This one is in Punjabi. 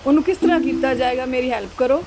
ਉਹਨੂੰ ਕਿਸ ਤਰ੍ਹਾਂ ਕੀਤਾ ਜਾਏਗਾ ਮੇਰੀ ਹੈਲਪ ਕਰੋ